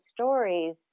stories